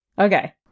Okay